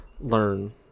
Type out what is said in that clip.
learn